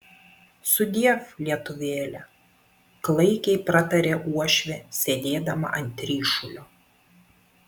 sudiev lietuvėle klaikiai pratarė uošvė sėdėdama ant ryšulio